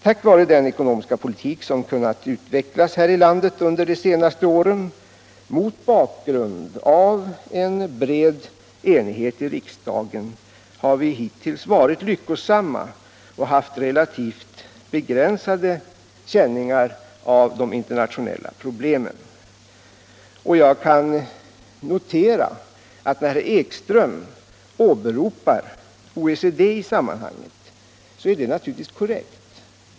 Tack vare den ekonomiska politik som under de senaste åren har kunnat utvecklas här i landet mot bakgrund av en bred enighet i riksdagen har vi hittills varit lyckosamma och haft relativt begränsade känningar av de internationella problemen. Herr Ekström åberopade OECD i sammanhanget, och det är naturligtvis korrekt.